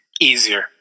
easier